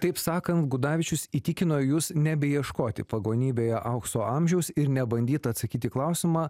taip sakant gudavičius įtikino jus nebeieškoti pagonybėje aukso amžiaus ir nebandyt atsakyt į klausimą